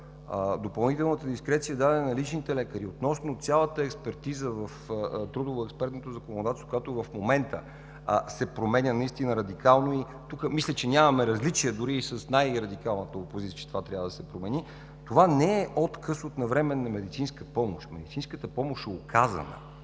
допълнителната дискреция дадена на личните лекари относно цялата експертиза в трудово-експертното законодателство, която в момента се променя наистина радикално, и тук мисля, че нямаме различия дори и с най-радикалната опозиция, че това трябва да се промени, това не е отказ от навременна медицинска помощ. Медицинската помощ е оказана,